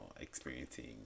experiencing